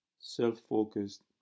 self-focused